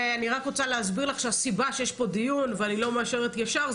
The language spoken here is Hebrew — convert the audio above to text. אני רק רוצה להסביר לך שהסיבה שבגללה יש פה דיון ואני לא מאשרת ישר,